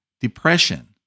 depression